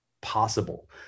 possible